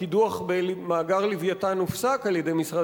הקידוח במאגר "לווייתן" הופסק על-ידי משרד